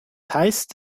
heißt